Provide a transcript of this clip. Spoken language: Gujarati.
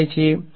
Student